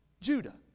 Judah